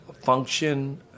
function